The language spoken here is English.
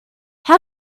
how